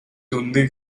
үнэнийг